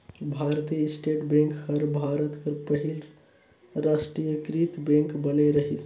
भारतीय state bank हर भारत कर पहिल रास्टीयकृत बेंक बने रहिस